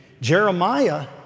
Jeremiah